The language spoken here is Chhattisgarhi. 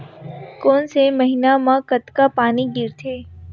कोन से महीना म कतका पानी गिरथे?